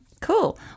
Cool